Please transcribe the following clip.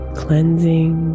cleansing